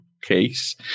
Case